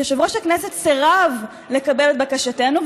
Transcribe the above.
יושב-ראש הכנסת סירב לקבל את בקשתנו,